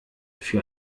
für